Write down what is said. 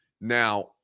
Now